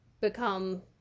become